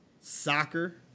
soccer